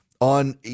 on